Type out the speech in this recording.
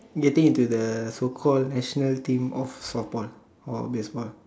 getting into the so call national team of softball or baseball